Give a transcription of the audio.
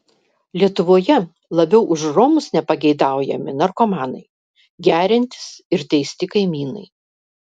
lietuvoje labiau už romus nepageidaujami narkomanai geriantys ir teisti kaimynai